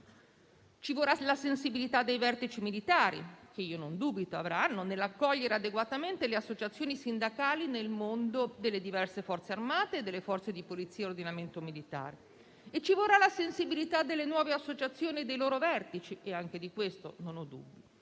ci vorrà la sensibilità dei vertici militari, che non dubito avranno, nell'accogliere adeguatamente le associazioni sindacali nel mondo delle diverse Forze armate e delle Forze di polizia a ordinamento militare. E ci vorrà la sensibilità delle nuove associazioni e dei loro vertici, e anche su questo non ho dubbi.